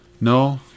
No